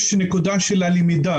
יש נקודה של הלמידה,